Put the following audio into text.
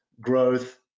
growth